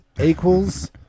equals